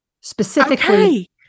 specifically